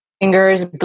fingers